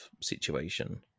situation